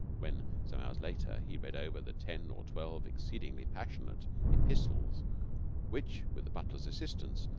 when, some hours later, he read over the ten or twelve exceedingly passionate epistles which, with the butler's assistance,